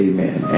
Amen